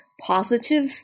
positive